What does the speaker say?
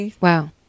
Wow